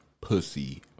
pussy